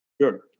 Sure